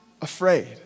afraid